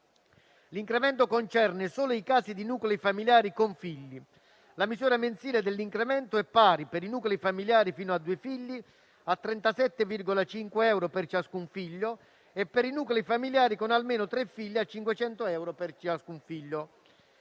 L'incremento concerne solo i casi di nuclei familiari con figli; la misura mensile dell'incremento è pari, per i nuclei familiari fino a due figli, a 37,5 euro per ciascun figlio e per i nuclei familiari con almeno tre figli a 55 euro per ciascun figlio.